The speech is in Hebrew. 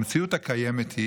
המציאות הקיימת היא